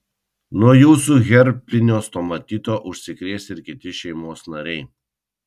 nuo jūsų herpinio stomatito užsikrės ir kiti šeimos nariai